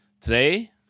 Today